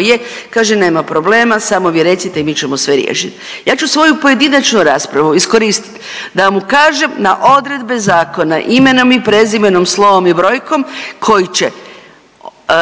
je kaže nema problema, samo vi recite, mi ćemo sve riješiti. Ja ću svoju pojedinačnu raspravu iskoristiti da vam ukažem na odredbe zakona imenom i prezimenom, slovom i brojkom koji će